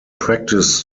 practice